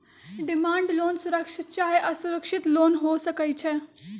demand loan सुरक्षित चाहे असुरक्षित लोन हो सकइ छै